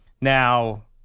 Now